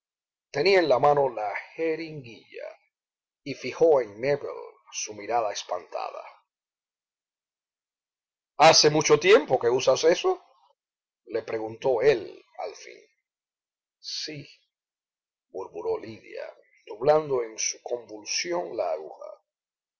tenía en la mano la jeringuilla y fijó en nébel su mirada espantada hace mucho tiempo que usas eso le preguntó él al fin sí murmuró lidia doblando en una convulsión la aguja